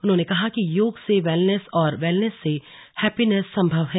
उन्होंने कहा कि ्योग से वेलनेस और वेलनेस से हैप्पीनेस सम्भव है